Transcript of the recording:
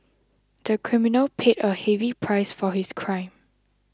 the criminal paid a heavy price for his crime